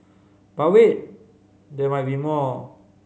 but wait there might be more